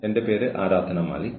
എന്റെ പേര് ആരാധന മാലിക്